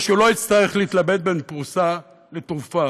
ושהוא לא יצטרך להתלבט בין פרוסה לתרופה.